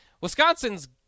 Wisconsin's